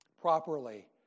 Properly